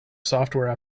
software